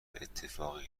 اتفاقی